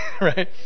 right